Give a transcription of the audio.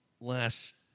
last